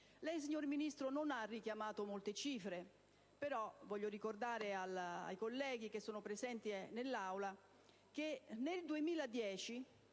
Signor Ministro, lei non ha richiamato molte cifre, però voglio ricordare ai colleghi presenti in Aula che nel 2010